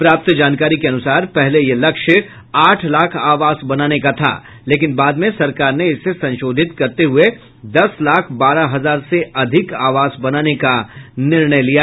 प्राप्त जानकारी के अनुसार पहले यह लक्ष्य आठ लाख आवास बनाने का था लेकिन बाद में सरकार ने इसे संशोधित करते हुये दस लाख बारह हजार से अधिक आवास बनाने का निर्णय लिया